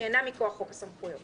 שאינם מכוח חוק הסמכויות.